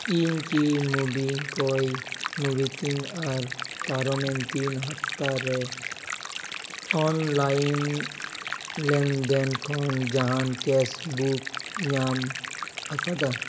ᱤᱧ ᱠᱤ MobiKwik ᱢᱩᱵᱤ ᱠᱤᱝ ᱟᱨ ᱯᱟᱨᱚᱢᱮᱱ ᱛᱤᱱ ᱦᱟᱯᱛᱟ ᱨᱮ ᱚᱱᱞᱟᱭᱤᱱ ᱞᱮᱱᱫᱮᱱ ᱠᱷᱚᱱ ᱡᱟᱦᱟᱱ ᱠᱮᱥᱵᱮᱠ ᱧᱟᱢ ᱟᱠᱟᱫᱟ